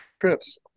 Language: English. trips